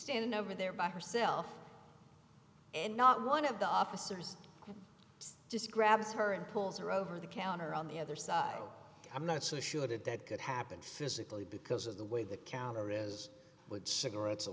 standing over there by herself and not one of the officers just grabs her and pulls her over the counter on the other side i'm not so sure that that could happen physically because of the way the counter is with cigarettes or